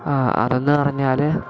ആ അതന്ന് പറഞ്ഞാൽ